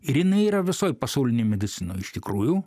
ir jinai yra visoj pasaulinėj medicinoj iš tikrųjų